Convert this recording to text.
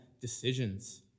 decisions